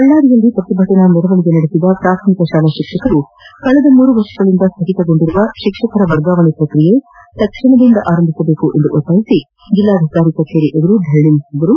ಬಳ್ಳಾರಿಯಲ್ಲಿ ಪ್ರತಿಭಟನಾ ಮೆರವಣಿಗೆ ನಡೆಸಿದ ಪ್ರಾಥಮಿಕ ಶಾಲಾ ಶಿಕ್ಷಕರು ಕಳೆದ ಮೂರು ವರ್ಷಗಳಿಂದ ಸ್ಥಗಿತಗೊಂಡಿರುವ ಶಿಕ್ಷಕರ ವರ್ಗಾವಣೆ ಪ್ರಕ್ರಿಯೆ ತಕ್ಷಣದಿಂದ ಆರಂಭಿಸಬೇಕು ಎಂದು ಒತ್ತಾಯಿಸಿ ಜಿಲ್ಲಾಧಿಕಾರಿಗಳ ಕಚೇರಿ ಮುಂದೆ ಧರಣೆ ನಡೆಸಿದರು